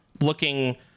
looking